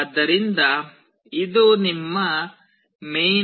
ಆದ್ದರಿಂದ ಇದು ನಿಮ್ಮ main